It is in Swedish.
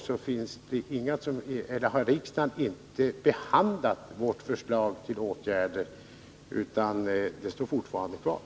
Såvitt jag förstått har riksdagen alltså inte behandlat vårt förslag till åtgärder, utan det står fortfarande kvar.